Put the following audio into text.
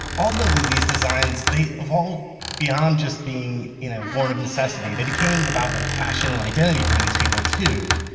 ultimately these designs, they evolved beyond just being you know born of necessity. they became about like fashion and identity for these people, too,